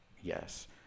Yes